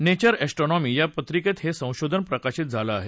nature Astronomy या पत्रिकेत हस्तिशोधन प्रकाशित झालं आहे